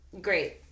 Great